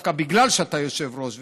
דווקא בגלל שאתה יושב-ראש,